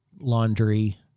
laundry